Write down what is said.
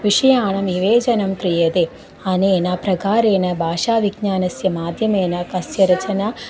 विषयाणां निवेचनं क्रियते अनेन प्रकारेण भाषाविज्ञानस्य माध्यमेन कस्य रचना